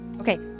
Okay